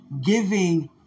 Giving